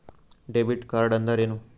Debit ಕಾರ್ಡ್ಅಂದರೇನು?